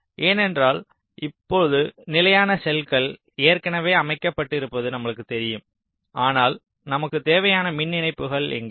ஏனென்றால் இப்போது நிலையான செல்கள் ஏற்கனவே அமைக்கப்பட்டிருப்பது நமக்குத் தெரியும் ஆனால் நமக்குத் தேவையான மின் இணைப்புகள் எங்கே